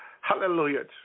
Hallelujah